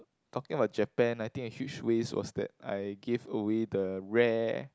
talking about Japan I think a huge waste was that I give away the rare